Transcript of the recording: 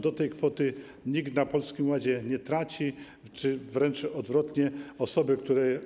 Do tej kwoty nikt na Polskim Ładzie nie traci, wręcz odwrotnie, osoby, które.